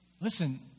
Listen